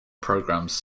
programs